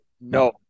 No